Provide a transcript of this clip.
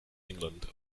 england